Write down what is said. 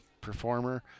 performer